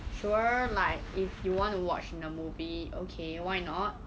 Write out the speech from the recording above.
sure like if you want to watch in the movie okay why not